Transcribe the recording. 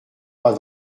pas